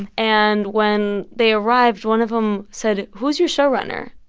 and and when they arrived, one of them said, who's your showrunner?